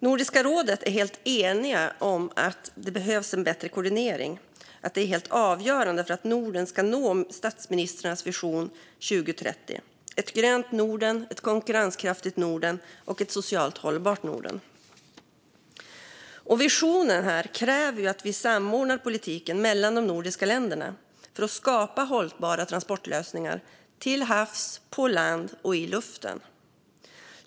Nordiska rådet är helt enigt om att en bättre koordinering är helt avgörande för att Norden ska nå statsministrarnas Vision 2030 - ett grönt, konkurrenskraftigt och socialt hållbart Norden. Visionen kräver att vi samordnar politiken mellan de nordiska länderna för att skapa hållbara transportlösningar till havs, på land och i luften.